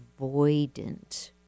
avoidant